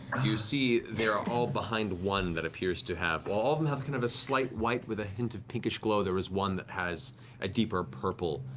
you see they are all behind one that appears to have while all of them have kind of a slight white with a hint of pinkish glow, there is one that has a deeper purple